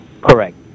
Correct